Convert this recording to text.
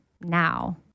now